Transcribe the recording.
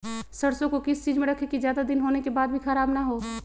सरसो को किस चीज में रखे की ज्यादा दिन होने के बाद भी ख़राब ना हो?